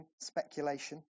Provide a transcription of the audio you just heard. speculation